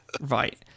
Right